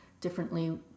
differently